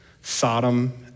Sodom